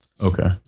Okay